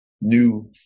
new